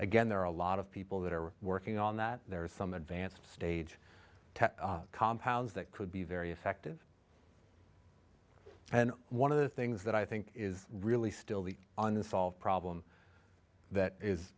again there are a lot of people that are working on that there are some advanced stage compounds that could be very effective and one of the things that i think is really still the on the solved problem that is